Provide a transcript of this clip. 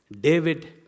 David